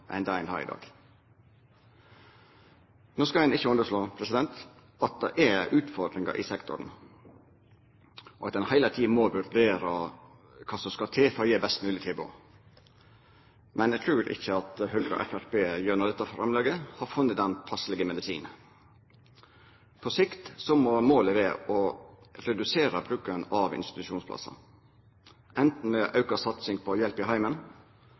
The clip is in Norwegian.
enn det ein har i dag. No skal ein ikkje underslå at det er utfordringar i sektoren, og at ein heile tida må vurdera kva som skal til for å gi best mogleg tilbod, men eg trur ikkje at Høgre og Framstegspartiet gjennom dette framlegget har funne den passelege medisinen. På sikt må målet vera å redusera bruken av institusjonsplassar, anten ved å auka satsinga på hjelp i heimen,